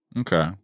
Okay